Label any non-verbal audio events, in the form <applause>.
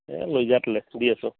এই লৈ যাওক <unintelligible> দি আছোঁ